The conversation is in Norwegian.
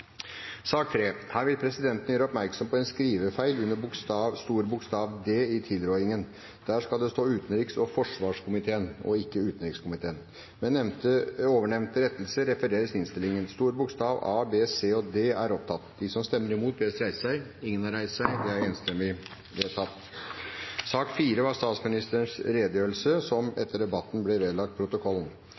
sak nr. 5. Da er Stortinget klar til å gå til votering. Her vil presidenten gjøre oppmerksom på en skrivefeil under D i tilrådingen. Der skal det stå «Utenriks- og forsvarskomiteen» og ikke «Utenrikskomiteen». Sak nr. 4 var statsministerens redegjørelse, som etter debatten ble vedlagt protokollen.